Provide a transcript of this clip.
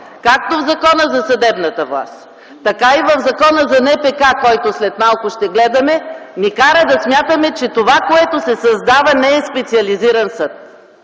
както в Закона за съдебната власт, така и в Закона за НПК, който ще гледаме след малко, ни кара да смятаме, че това, което се създава, не е специализиран съд,